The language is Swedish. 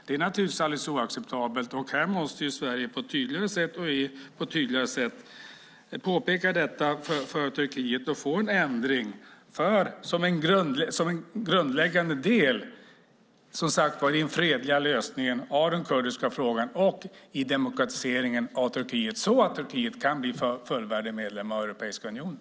Det är naturligtvis alldeles oacceptabelt, och det måste Sverige och EU på ett tydligare sätt påpeka för Turkiet och få en ändring som en grundläggande del i den fredliga lösningen av den kurdiska frågan och i demokratiseringen av Turkiet så att Turkiet kan bli fullvärdig medlem av Europeiska unionen.